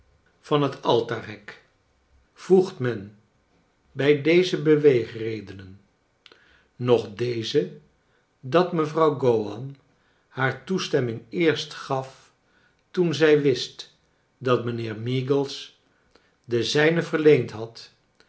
van het altaarhek voegt men bij deze beweegredenen nog deze dat mevrouw gowan haar toestemming eerst ga toen zij wist dat mijnheer meagles de zijne verleend had